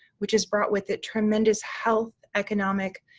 which has brought with it tremendous health, economic,